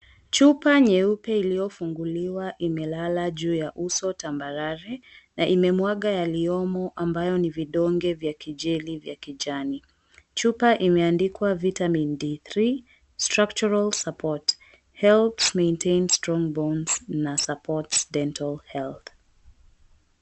Chupa nyeupe iliyofunguliwa imelala juu ya uso tambarare na imemwaga yaliyomo ambayo ni vidonge vya kijeli vya kijani. Chupa imeandikwa, Vitamin D3, structural support helps maintain strong bones, na, supports dental health.